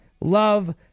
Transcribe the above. love